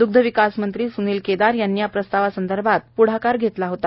द्ग्धविकास मंत्री सुनील केदार यांनी या प्रस्तावासंदर्भात पुढाकार घेतला होता